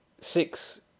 six